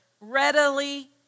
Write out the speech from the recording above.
readily